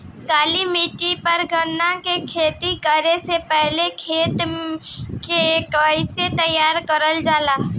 काली मिट्टी पर गन्ना के खेती करे से पहले खेत के कइसे तैयार करल जाला?